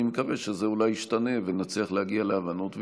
אני מקווה שאולי זה ישתנה ונצליח להגיע להבנות,